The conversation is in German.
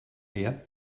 her